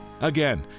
Again